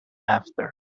after